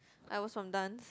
I was from dance